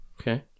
Okay